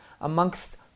amongst